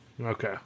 Okay